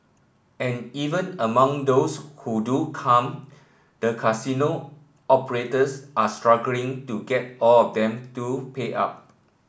and even among those who do come the casino operators are struggling to get all of them to pay up